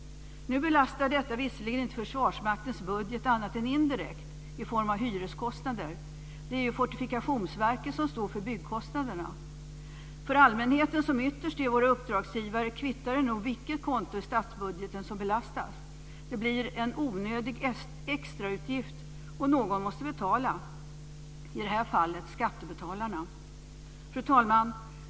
Nu belastar detta visserligen inte Försvarsmaktens budget, annat än indirekt i form av hyreskostnader. Det är ju Fortifikationsverket som står för byggkostnaderna. För allmänheten, som ytterst är våra uppdragsgivare, kvittar det nog vilket konto i statsbudgeten som belastas. Det blir en onödig extrautgift, och någon måste betala - i det här fallet skattebetalarna. Fru talman!